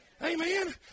Amen